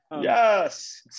yes